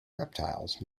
reptiles